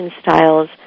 styles